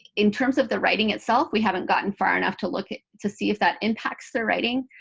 in terms of the writing itself, we haven't gotten far enough to look at to see if that impacts their writing.